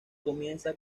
comienza